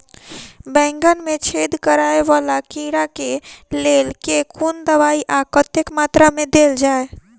बैंगन मे छेद कराए वला कीड़ा केँ लेल केँ कुन दवाई आ कतेक मात्रा मे देल जाए?